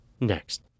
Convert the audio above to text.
next